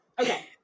Okay